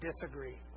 disagree